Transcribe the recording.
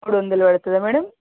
మూడు వందలు పడుతుందా మేడం